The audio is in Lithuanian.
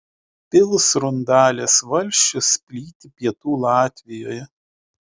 pilsrundalės valsčius plyti pietų latvijoje